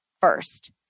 first